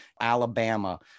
Alabama